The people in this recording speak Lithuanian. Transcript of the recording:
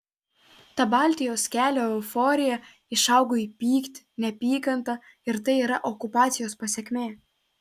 ta baltijos kelio euforija išaugo į pyktį neapykantą ir tai yra okupacijos pasekmė